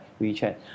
WeChat